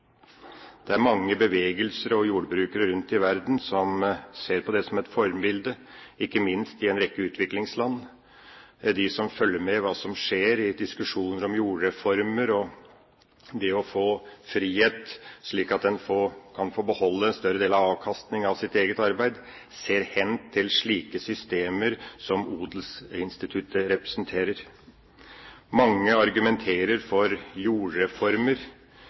Det er mange bevegelser og jordbrukere rundt om i verden som ser på det som et forbilde, ikke minst en rekke utviklingsland. De som følger med i hva som skjer i diskusjoner om jordreformer og det å få frihet, slik at en kan få beholde en større del av avkastninga av sitt eget arbeid, ser hen til slike systemer som odelsinstituttet representerer. Mange argumenterer for jordreformer,